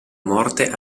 morte